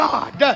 God